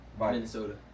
Minnesota